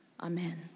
Amen